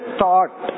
thought